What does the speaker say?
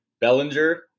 Bellinger